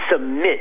submit